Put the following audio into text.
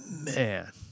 Man